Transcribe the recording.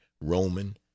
Roman